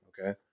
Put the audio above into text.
okay